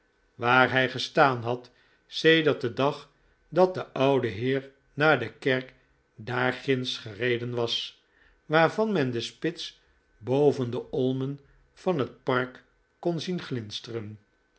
waar hij gestaan had sedert den dag dat de oude heer naar de kerk daarginds gereden was waarvan men de spits boven de olmen van het park kon zien glinsteren